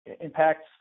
impacts